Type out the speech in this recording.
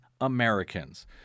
Americans